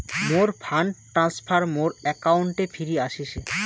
মোর fund transfer মোর অ্যাকাউন্টে ফিরি আশিসে